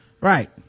right